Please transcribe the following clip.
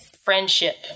friendship